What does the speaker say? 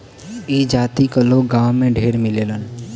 ई जाति क लोग गांव में ढेर मिलेलन